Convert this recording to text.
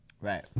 Right